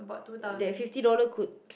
that fifty dollar could